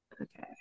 okay